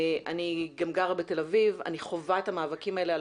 אני גם גרה בתל אביב ואני חווה את המאבקים האלה על